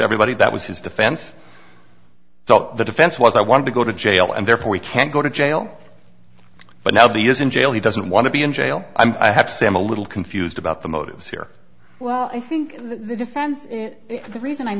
everybody that was his defense the defense was i want to go to jail and therefore we can't go to jail but now the years in jail he doesn't want to be in jail i have to say i'm a little confused about the motives here well i think the defense the reason i'm